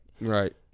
Right